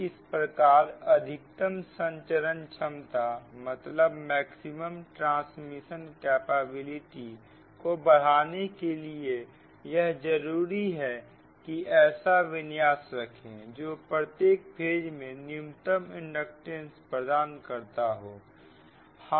तो इस प्रकार अधिकतम संचरण क्षमता को बढ़ाने के लिए यह जरूरी है कि ऐसा विन्यास रखें जो प्रत्येक फेज में न्यूनतम इंडक्टेंस प्रदान करता हूं